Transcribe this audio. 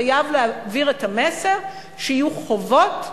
חייב להבהיר את המסר שיהיו חובות וזכויות.